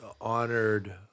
honored